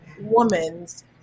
woman's